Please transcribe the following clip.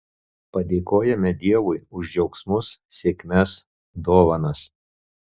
padėkojame dievui už džiaugsmus sėkmes dovanas